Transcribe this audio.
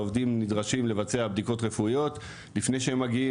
העובדים נדרשים לבצע בדיקות רפואיות לפני שהם מגיעים